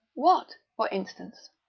what, for instance?